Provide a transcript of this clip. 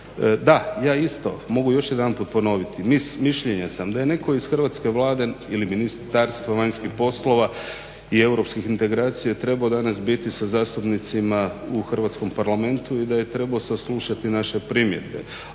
Da, ja isto mogu još jedanput ponoviti, mišljenja sam da je netko ih hrvatske Vlade ili Ministarstva vanjskih poslova i europskih integracija trebao danas biti sa zastupnicima u Hrvatskom parlamentu i da je trebao saslušati naše primjedbe.